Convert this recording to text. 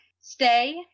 stay